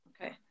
Okay